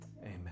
amen